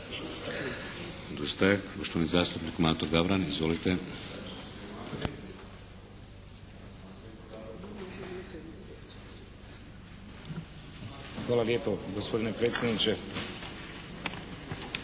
Hvala lijepo gospodine predsjedniče.